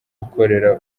ukorera